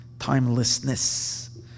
timelessness